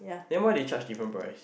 then why they charge different price